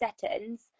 settings